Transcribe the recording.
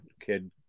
Kid